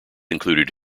included